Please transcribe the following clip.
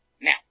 now